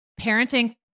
parenting